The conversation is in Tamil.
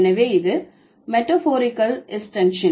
எனவே இது மெட்டபோரிகள் எஸ்ட்டென்ஷன்